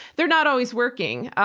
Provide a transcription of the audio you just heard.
they're not always working.